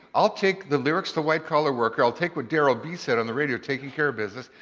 i'll take the lyrics to white collar worker, i'll take what daryl b said on the radio, takin' care of business.